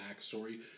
backstory